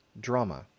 drama